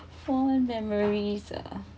fond memories uh